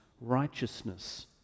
righteousness